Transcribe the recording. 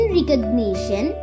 recognition